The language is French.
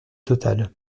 totale